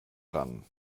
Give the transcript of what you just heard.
ran